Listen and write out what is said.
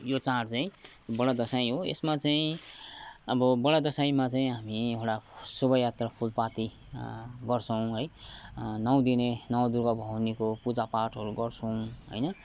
यो चाड चै बडा दसैँ हो यसमा चाहिँ अब बडा दसैँमा चाहिँ हामी एउटा शोभायात्रा फुलपाति गर्छौँ है नौ दिने नवदुर्गा भवानीको पूजा पाठहरू गर्छौँ होइन